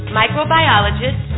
microbiologist